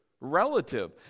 relative